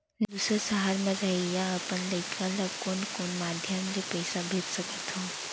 दूसर सहर म रहइया अपन लइका ला कोन कोन माधयम ले पइसा भेज सकत हव?